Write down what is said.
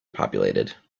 populated